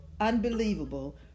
unbelievable